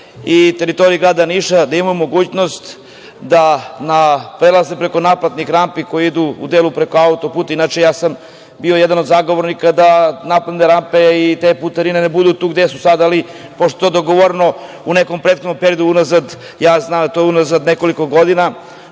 i teritorije grada Niša imaju mogućnost da na prelaze preko naplatnih rampi koje idu u delu preko autoputa. Inače, ja sam bio jedan od zagovornika da naplatne rampe i te putarine ne budu tu gde su sada, ali pošto je to dogovoreno u nekom prethodnom periodu unazad, ja znam da je to unazad nekoliko godina,